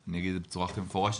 אני אגיד את זה בצורה הכי מפורשת,